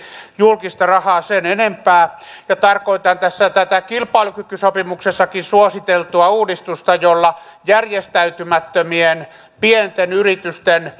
julkista rahaa sen enempää tarkoitan tässä tätä kilpailukykysopimuksessakin suositeltua uudistusta jolla järjestäytymättömien pienten yritysten